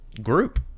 group